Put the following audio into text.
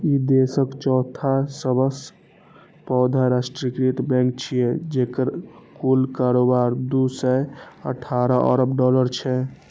ई देशक चौथा सबसं पैघ राष्ट्रीयकृत बैंक छियै, जेकर कुल कारोबार दू सय अठारह अरब डॉलर छै